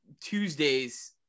Tuesday's